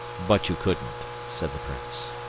but you couldn't, said the prince.